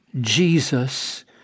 Jesus